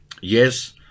Yes